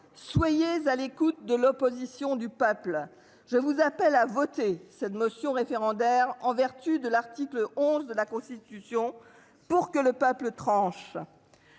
soyez à l'écoute de l'opposition du peuple. Je vous appelle à voter cette motion référendaire en vertu de l'article 11 de la Constitution pour que le peuple tranche.